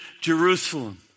Jerusalem